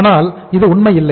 ஆனால் இது உண்மை இல்லை